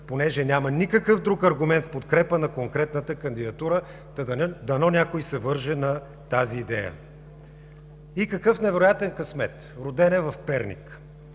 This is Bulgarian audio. понеже няма никакъв друг аргумент в подкрепа на конкретната кандидатура, та дано някой се върже на тази идея. И какъв невероятен късмет! Роден е в Перник.